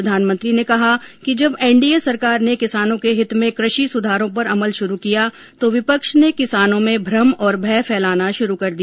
प्रधानमंत्री ने कहा कि जब एनडीए सरकार ने किसानों के हित में कृषि सुधारों पर अमल शुरू किया तो विपक्ष ने किसानों में भ्रम और भय फैलाना शुरू कर दिया